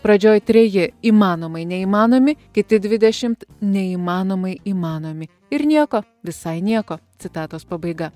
pradžioj treji įmanomai neįmanomi kiti dvidešimt neįmanomai įmanomi ir nieko visai nieko citatos pabaiga